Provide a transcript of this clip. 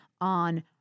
on